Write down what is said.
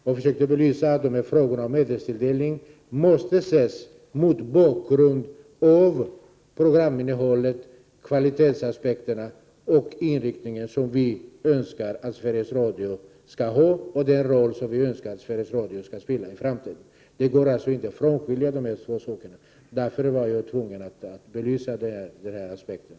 Jag försökte belysa det faktum att dessa frågor om medelstilldelning måste ses mot bakgrund av programinnehållet, kvalitetsaspekterna och den inriktning som vi önskar att Sveriges Radio skall ha och den roll vi önskar att Sveriges Radio skall spela i framtiden. Det går inte att skilja de här sakerna från varandra, och det var därför jag var tvungen att belysa dessa aspekter.